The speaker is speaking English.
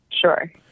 Sure